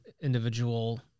individual